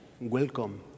Welcome